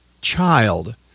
child